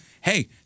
hey